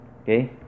Okay